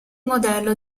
modello